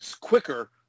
quicker